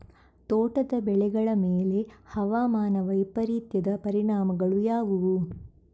ತೋಟದ ಬೆಳೆಗಳ ಮೇಲೆ ಹವಾಮಾನ ವೈಪರೀತ್ಯದ ಪರಿಣಾಮಗಳು ಯಾವುವು?